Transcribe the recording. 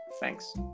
Thanks